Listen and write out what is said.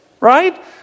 Right